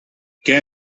què